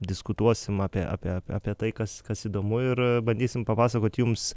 diskutuosim apie apie apie tai kas kas įdomu ir bandysim papasakot jums